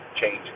change